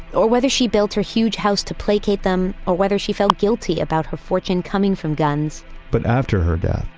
or whether she built her huge house to placate them, or whether she felt guilty about her fortune coming from guns but after her death,